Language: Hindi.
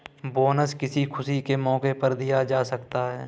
बोनस किसी खुशी के मौके पर दिया जा सकता है